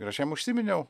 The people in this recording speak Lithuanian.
ir aš jam užsiminiau